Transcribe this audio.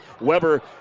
Weber